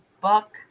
Buck